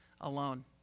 alone